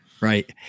right